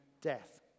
death